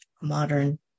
modern